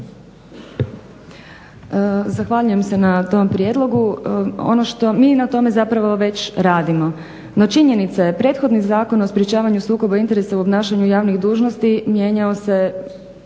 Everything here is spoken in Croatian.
Zahvaljujem se na tom prijedlogu. Mi na tome zapravo već radimo, no činjenica je prethodni Zakon o sprečavanju sukoba interesa u obnašanju javnih dužnosti mijenjao se